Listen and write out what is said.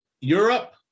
Europe